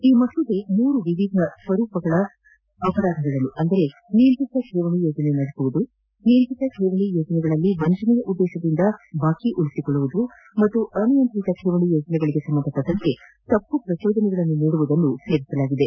ಈ ಮಸೂದೆ ಮೂರು ವಿವಿಧ ಸ್ವರೂಪದ ಅಪರಾಧಗಳನ್ನು ಅಂದರೆ ನಿಯಂತ್ರಿತ ಠೇವಣಿ ಯೋಜನೆ ನಡೆಸುವುದು ನಿಯಂತ್ರಿತ ಠೇವಣಿ ಯೋಜನೆಗಳಲ್ಲಿ ವಂಚನೆಯ ಉದ್ದೇಶದಿಂದ ಬಾಕಿ ಉಳಿಸಿಕೊಳ್ಳುವುದು ಮತ್ತು ಅನಿಯಂತ್ರಿತ ಠೇವಣಿ ಯೋಜನೆಗಳಿಗೆ ಸಂಬಂಧಿಸಿದಂತೆ ತಪ್ಪು ಪ್ರಚೋದನೆ ನೀಡುವುದನ್ನು ಸೇರಿಸಲಾಗಿದೆ